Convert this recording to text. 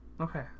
Okay